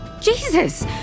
Jesus